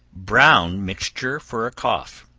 brown mixture for a cough.